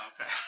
okay